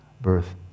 birth